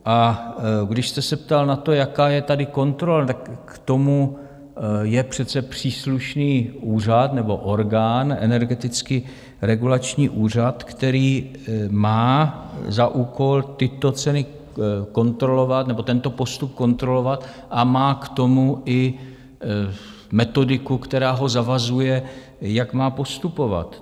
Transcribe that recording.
A když jste se ptal na to, jaká je tady kontrola, k tomu je přece příslušný úřad nebo orgán, Energetický regulační úřad, který má za úkol tyto ceny kontrolovat nebo tento postup kontrolovat, a má k tomu i metodiku, která ho zavazuje, jak má postupovat.